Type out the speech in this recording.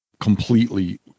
completely